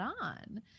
on